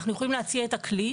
אנחנו יכולים להציע את הכלי,